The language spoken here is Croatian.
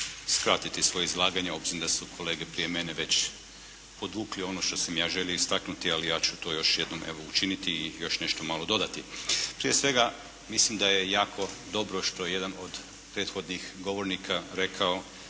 skratiti svoje izlaganje obzirom da su kolege prije mene već podvukli ono što sam ja želio istaknuti, ali ja ću to još jednom evo učiniti i još nešto malo dodati. Prije svega, mislim da je jako dobro što je jedan od prethodnih govornika rekao